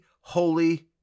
holy